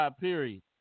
period